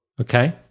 Okay